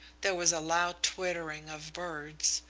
there was a loud twittering of birds.